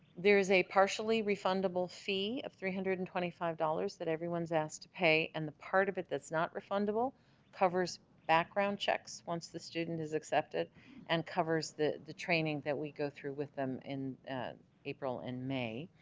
there's a partially refundable fee of three hundred and twenty five dollars that everyone's asked to pay and the part of it, that's not refundable covers background checks once the student is accepted and covers the the training that we go through with them in april and may